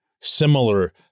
similar